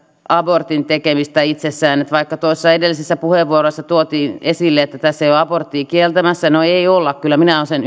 abortin tekemistä itsessään vaikka edellisessä puheenvuorossa tuotiin esille että tässä ei olla aborttia kieltämässä no ei olla kyllä minä olen sen